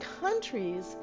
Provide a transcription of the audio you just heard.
countries